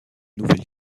nouvelle